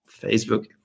Facebook